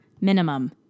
minimum